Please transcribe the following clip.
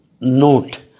note